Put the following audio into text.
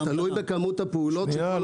זה תלוי בכמות הפעולות של כל אנייה.